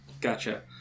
Gotcha